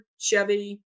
Chevy